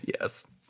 Yes